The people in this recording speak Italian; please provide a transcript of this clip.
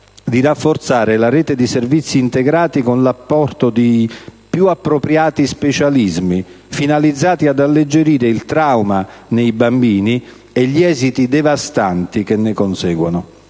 di rafforzare la rete di servizi integrati con l'apporto dei più appropriati specialismi, finalizzati ad alleggerire il trauma nei bambini e gli esiti devastanti che ne conseguono.